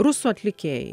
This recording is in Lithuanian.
rusų atlikėjai